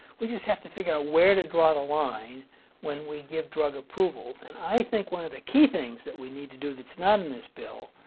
we just have to figure out ah where to draw the line when we give drug approvals. and i think one of the key things that we need to do that's not in this bill